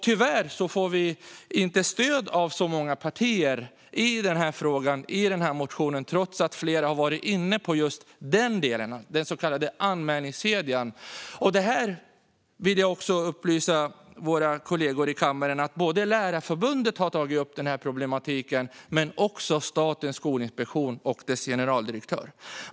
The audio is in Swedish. Tyvärr får vi inte stöd av så många partier i den här frågan och för vår motion, trots att flera har varit inne just på den så kallade anmälningskedjan. Jag vill upplysa våra kollegor i kammaren om att både Lärarförbundet och Statens skolinspektion och dess generaldirektör har tagit upp den här problematiken.